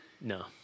No